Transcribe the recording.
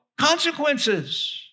consequences